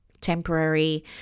Temporary